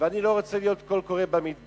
ואני לא רוצה להיות קול קורא במדבר.